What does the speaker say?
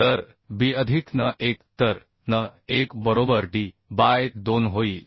तर Bअधिक n 1 तर n 1 बरोबर D बाय 2 होईल